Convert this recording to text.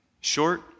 Short